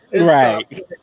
Right